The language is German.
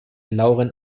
lauren